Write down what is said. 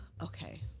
okay